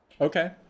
Okay